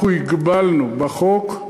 אנחנו הגבלנו בחוק,